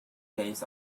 days